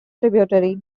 tributary